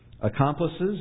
Accomplices